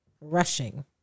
rushing